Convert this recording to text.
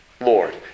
Lord